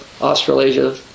Australasia